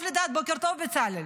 טוב לדעת, בוקר טוב, בצלאל.